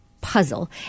Puzzle